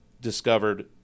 discovered